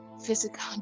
physical